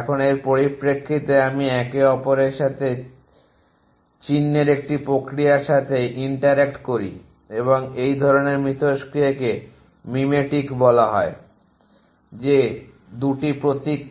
এখন এর পরিপ্রেক্ষিতে আমি একে অপরের সাথে চিহ্নের একটি প্রক্রিয়ার সাথে ইন্টারঅ্যাক্ট করি এবং এই ধরনের মিথস্ক্রিয়াকে মিমেটিক বলা হয় যে 2টি প্রতীক